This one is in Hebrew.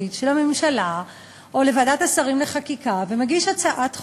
סמוטריץ לממשלה או לוועדת השרים לחקיקה ומגיש הצעת חוק,